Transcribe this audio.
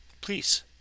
please